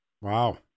Wow